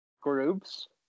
groups